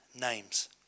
names